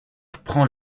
prend